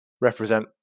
represent